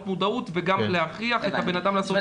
מודעות וגם להכריח את הבן אדם לעשות בדיקה.